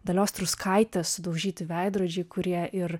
dalios truskaitės sudaužyti veidrodžiai kurie ir